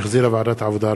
שהחזירה ועדת העבודה,